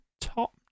top